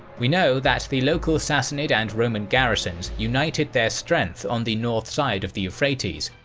we know that the local sassanid and roman garrisons united their strength on the north side of the euphrates,